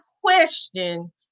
question